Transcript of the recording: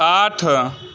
आठ